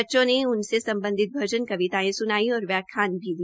बच्चों ने उनसे सम्बधित भजन कवितायें स्नाई और व्याख्यान भी दिया